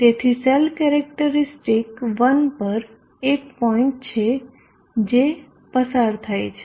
તેથી cell characteristic 1 પર એક પોઈન્ટ છે જે પસાર થાય છે